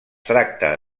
tracta